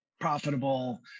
profitable